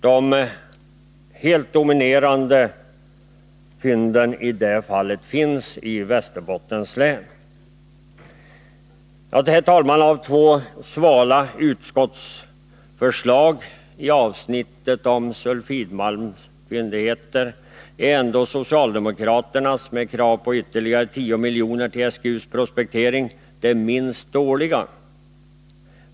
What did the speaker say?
De helt dominerande fynden av det här slaget finns i Västerbottens län. Herr talman! Av två svaga utskottsförslag i avsnittet om sulfidmalmsfyndigheterna är ändå socialdemokraternas, med krav på ytterligare 10 milj.kr. till NSG för prospektering, det minst dåliga.